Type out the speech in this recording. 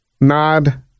nod